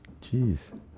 Jeez